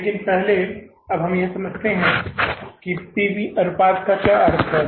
लेकिन पहले अब हम यह समझते हैं कि पी वी PV अनुपात का क्या अर्थ है